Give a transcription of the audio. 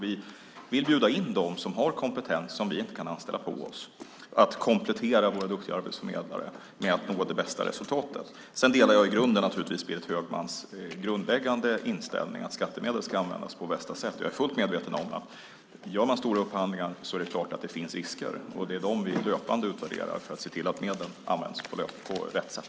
Vi vill bjuda in dem som har kompetens som vi inte kan anställa hos oss att komplettera våra duktiga arbetsförmedlare så att man når det bästa resultatet. I grunden delar jag naturligtvis Berit Högmans grundläggande inställning; skattemedel ska användas på bästa sätt. Jag är fullt medveten om att om man gör stora upphandlingar finns det risker. Det är klart. Det är dem vi löpande utvärderar för att se till att medlen används på rätt sätt.